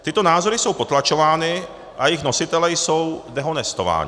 Tyto názory jsou potlačovány a jejich nositelé jsou dehonestováni.